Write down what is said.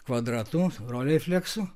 kvadratu rolėfleksu